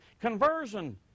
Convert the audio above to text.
Conversion